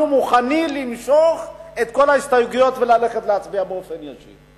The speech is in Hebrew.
אנחנו מוכנים למשוך את כל ההסתייגויות וללכת להצביע באופן ישיר.